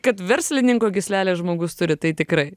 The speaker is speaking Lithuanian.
kad verslininko gyslelę žmogus turi tai tikrai